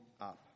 up